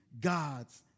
God's